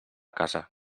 casa